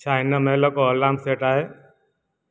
छा हिन महिल को अलार्म सेट आहे